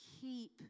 keep